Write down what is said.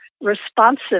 responsive